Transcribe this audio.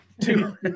Two